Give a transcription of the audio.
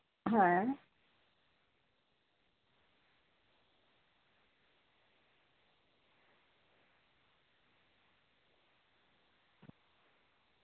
ᱦᱮᱸ